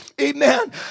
Amen